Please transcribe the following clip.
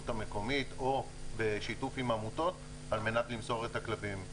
המקומית או בשיתוף עם עמותות על מנת למסור את הכלבים.